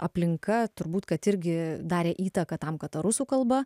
aplinka turbūt kad irgi darė įtaką tam kad ta rusų kalba